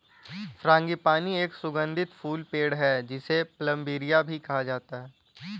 frangipani एक सुगंधित फूल पेड़ है, जिसे प्लंबरिया भी कहा जाता है